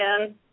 again